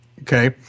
okay